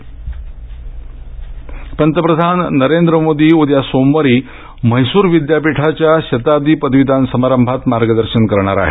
मोदी पंतप्रधान नरेंद्र मोदी उद्या सोमवारी म्हैसूर विद्यापीठाच्या शताब्दी पदवीदान समारंभात मार्गदर्शन करणार आहेत